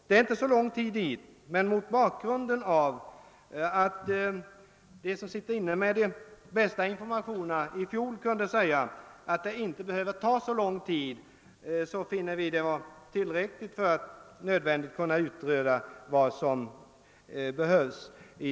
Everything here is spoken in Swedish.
Det är inte så långt dit, men bakgrunden till vårt förslag är bl.a. att de som sitter inne med de bästa informationerna i fjol uttalade att det inte behövde ta så lång tid att göra den utredning som behövs.